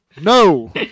No